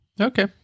okay